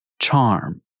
Charm